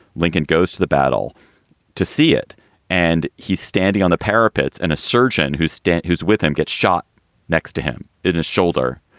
lincoln goes to the battle to see it and he's standing on the parapets. and a surgeon who stent, who's with him, get shot next to him in the shoulder.